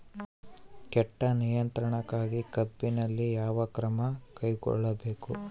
ಕೇಟ ನಿಯಂತ್ರಣಕ್ಕಾಗಿ ಕಬ್ಬಿನಲ್ಲಿ ಯಾವ ಕ್ರಮ ಕೈಗೊಳ್ಳಬೇಕು?